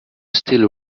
still